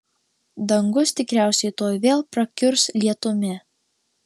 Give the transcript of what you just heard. dangus tikriausiai tuoj vėl prakiurs lietumi